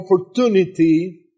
opportunity